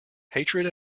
hatred